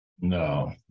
No